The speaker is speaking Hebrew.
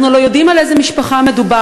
אנחנו הלוא יודעים על איזו משפחה מדובר,